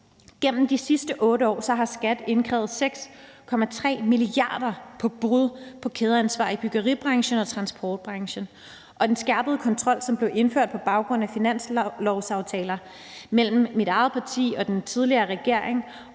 Gennem de sidste 8 år har skatteforvaltningen indkrævet 6,3 mia. kr. for brud på kædeansvar i byggeribranchen og transportbranchen. Den skærpede kontrol, som blev indført på baggrund af finanslovsaftaler mellem mit eget parti og den tidligere regering